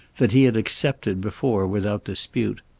that he had accepted before without dispute.